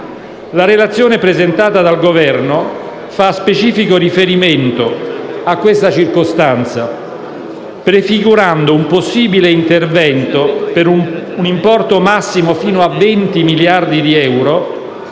La relazione presentata dal Governo fa specifico riferimento a questa circostanza, prefigurando un possibile intervento per un importo massimo fino a 20 miliardi di euro